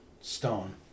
stone